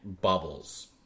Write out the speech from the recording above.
Bubbles